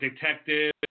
detective